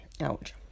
Ouch